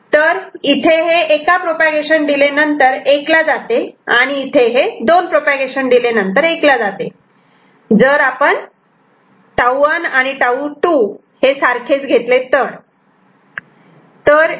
तर इथे हे एका प्रोपागेशन डिले नंतर 1 ला जाते आणि इथे हे दोन प्रोपागेशन डिले नंतर 1 ला जाते जर आपण τ1 आणि τ2 सारखेच घेतले तर